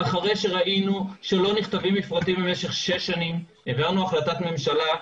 אחרי שראינו שלא נכתבים מפרטים במשך שש שנים העברנו החלטת ממשלה,